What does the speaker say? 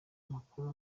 makuru